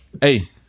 Hey